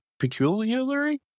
peculiarly